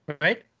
Right